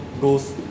goes